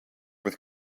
with